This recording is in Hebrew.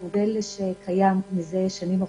הוא מודל שקיים שנים ארוכות,